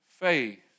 faith